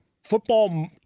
Football